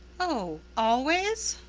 oh always?